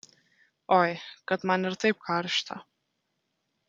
oi kad man ir taip karšta